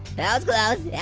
that was close.